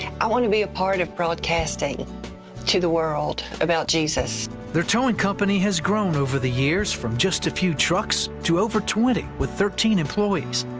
i want to be a part of broadcasting to the world about jesus. reporter their towing company has grown over the years from just a few trucks to over twenty, with thirteen employees.